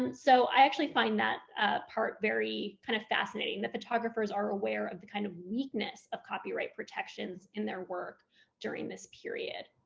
and so i actually find that part very kind of fascinating, that photographers are aware of the kind of weakness of copyright protections in their work during this period.